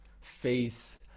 face